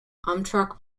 amtrak